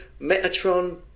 Metatron